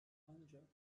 ancak